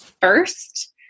first